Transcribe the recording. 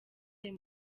ayo